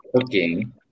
cooking